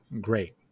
great